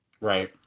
Right